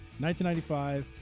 1995